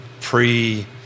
pre